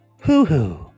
Hoo-hoo